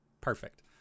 perfect